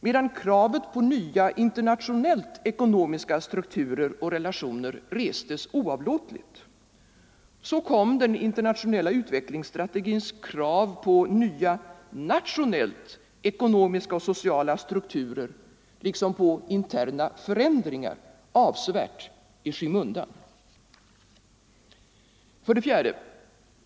Medan kravet på nya internationellt-ekonomiska strukturer och relationer restes oavlåtligt, kom den internationella utvecklingsstrategins krav på nya nationellt-ekonomiska och sociala strukturer liksom på interna förändringar avsevärt i skymundan. 4.